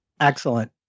Excellent